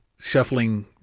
shuffling